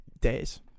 days